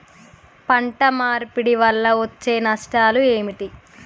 పంట మార్పిడి వల్ల వచ్చే నష్టాలు ఏమిటి?